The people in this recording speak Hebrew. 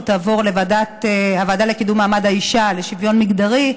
תעבור לוועדה לקידום מעמד האישה ולשוויון מגדרי,